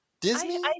Disney